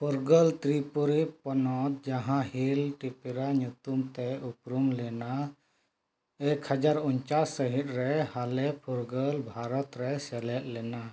ᱯᱷᱩᱨᱜᱟᱹᱞ ᱛᱨᱤᱯᱩᱨᱤ ᱯᱚᱱᱚᱛ ᱡᱟᱦᱟᱸ ᱦᱤᱞ ᱴᱤᱯᱨᱟ ᱧᱩᱛᱩᱢᱛᱮ ᱩᱯᱨᱩᱢ ᱞᱮᱱᱟ ᱮᱠ ᱦᱟᱡᱟᱨ ᱩᱱᱪᱟᱥ ᱥᱟᱹᱦᱤᱛ ᱨᱮ ᱦᱟᱞᱮ ᱯᱷᱩᱨᱜᱟᱹᱞ ᱵᱷᱟᱨᱚᱛ ᱨᱮ ᱥᱮᱞᱮᱫ ᱞᱮᱱᱟ